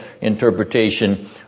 interpretation